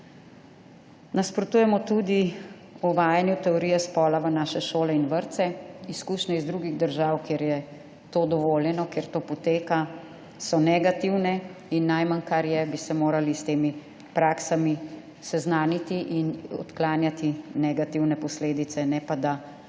Nasprotujemo tudi uvajanju teorije spola v naše šole in vrtce. Izkušnje iz drugih držav, kjer je to dovoljeno, kjer to poteka, so negativne. In najmanj, kar je, bi se morali s temi praksami seznaniti in odklanjati negativne posledice, ne pa da